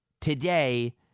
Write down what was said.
today